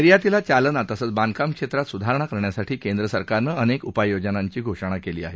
निर्यातीला चालना तसंच बांधकाम क्षेत्रात सुधारणा करण्यासाठी केंद्र सरकारन अनेक उपायांची घोषणा केली आहे